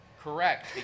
Correct